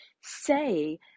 say